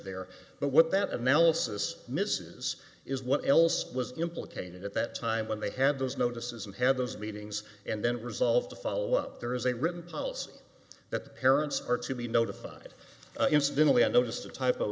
there but what that analysis misses is what else was implicated at that time when they had those notices and had those meetings and then resolved to follow up there is a written policy that the parents are to be notified instantly i noticed a typo